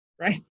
right